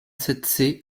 sept